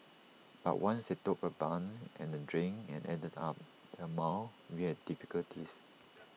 but once they took A bun and A drink and added up the amount we had difficulties